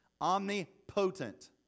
Omnipotent